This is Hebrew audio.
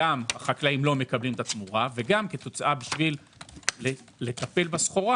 גם החקלאים לא מקבלים את התמורה וגם בשביל לטפל בסחורה